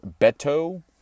Beto